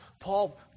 Paul